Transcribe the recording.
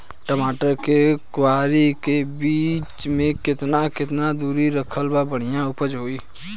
टमाटर के क्यारी के बीच मे केतना केतना दूरी रखला पर बढ़िया उपज होई?